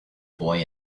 boy